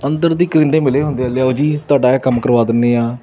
ਅੰਦਰ ਦੀ ਕਰਿੰਦੇ ਮਿਲੇ ਹੁੰਦੇ ਆ ਲਿਆਓ ਜੀ ਤੁਹਾਡਾ ਇਹ ਕੰਮ ਕਰਵਾ ਦਿੰਦੇ ਹਾਂ